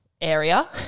Area